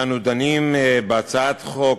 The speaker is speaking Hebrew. שאנו דנים בהצעת חוק